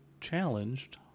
challenged